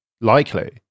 likely